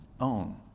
own